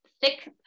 thick